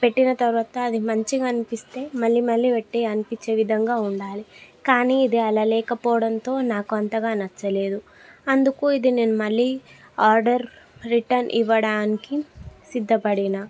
పెట్టిన తరువాత అది మంచిగా అనిపిస్తే మళ్ళీ మళ్ళీ పెట్టి అనిపించే విధంగా ఉండాలి కానీ ఇది అలా లేకపోవడంతో నాకు అంతగా నచ్చలేదు అందుకు ఇది నేను మళ్ళీ ఆర్డర్ రిటర్న్ ఇవ్వడానికి సిద్దపడినా